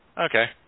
Okay